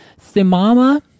thimama